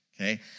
okay